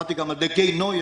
שמעתי גם על דגי נוי,